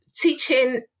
teaching